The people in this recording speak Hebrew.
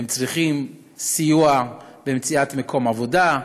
הם צריכים סיוע במציאת מקום עבודה,